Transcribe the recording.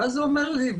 ואז הוא אומר לי,